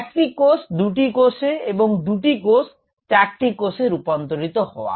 একটি কোষ দুটি কোষে এবং দুটি কোষ চারটি কোষে রূপান্তরিত হওয়া